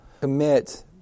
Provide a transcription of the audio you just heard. commit